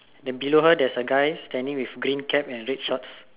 then below her there is a guy standing with green cap and red shorts